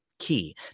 key